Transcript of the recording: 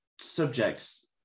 subjects